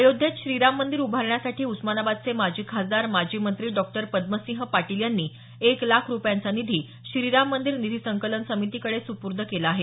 अयोध्येत श्रीराम मंदीर उभारण्यासाठी उस्मानाबादचे माजी खासदार माजी मंत्री डॉक्टर पद्मसिंह पाटील यांनी एक लाख रुपयांचा निधी श्रीराम मंदीर निधी संकलन समितीकडे सुपूर्द केला आहे